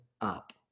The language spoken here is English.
up